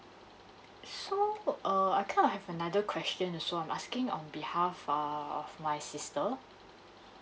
so uh I kind of have another question so I'm asking on behalf err of my sister